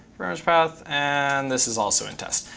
path, and this is also in test.